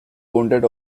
wounded